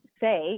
say